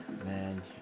man